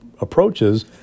approaches